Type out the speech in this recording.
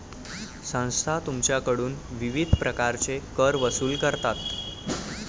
संस्था तुमच्याकडून विविध प्रकारचे कर वसूल करतात